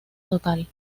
total